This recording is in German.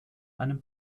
einem